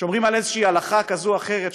שומרים על איזושהי הלכה כזו או אחרת,